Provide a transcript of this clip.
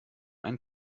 ein